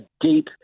deep